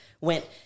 went